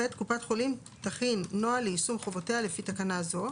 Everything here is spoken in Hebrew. (ח)קופת חולים תכין נוהל ליישום חובותיה לפי תקנה זו.